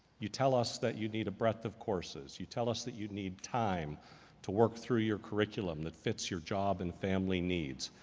you tell us that you need a breadth of courses. you tell us that you need time to work through your curriculum that fits your job and family needs.